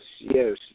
yes